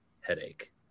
headache